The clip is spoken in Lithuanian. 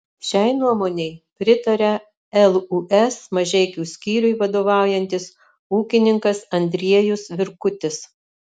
šiai nuomonei pritaria lūs mažeikių skyriui vadovaujantis ūkininkas andriejus virkutis